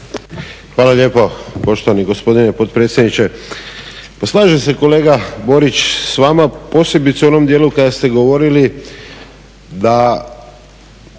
Hvala lijepa poštovani gospodine potpredsjedniče. Pa slažem se kolega borić s vama posebice u onom dijelu kada ste govorili da